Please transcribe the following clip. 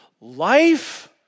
Life